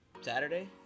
Saturday